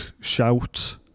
shout